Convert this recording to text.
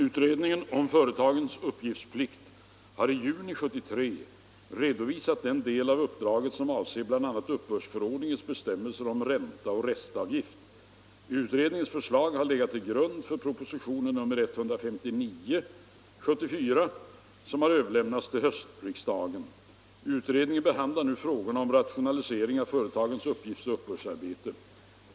Utredningen om företagens uppgiftsplikt har i juni 1973 redovisat den del av uppdraget som avser bl.a. uppbördsförordningens bestämmelser om ränta och restavgift. Utredningens förslag har legat till grund för propositionen 159 år 1974, som överlämnats till höstriksdagen. Utredningen behandlar nu frågorna om rationalisering av företagens uppgiftsoch uppbördsarbete.